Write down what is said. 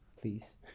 please